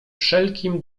wszelkim